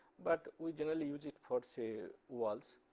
but we generally use it for say walls.